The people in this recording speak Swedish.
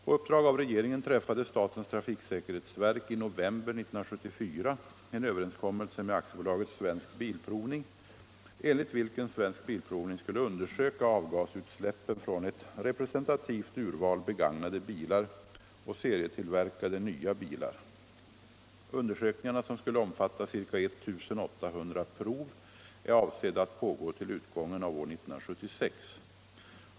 På uppdrag av regeringen träffade statens trafiksäkerhetsverk i november 1974 en överenskommelse med AB Svensk Bilprovning, enligt 31 vilken Svensk Bilprovning skulle undersöka avgasutsläppen från ett representativt urval begagnade bilar och serietillverkade nya bilar. Undersökningarna, som skulle omfatta ca 1 800 prov, är avsedda att pågå till utgången av år 1976.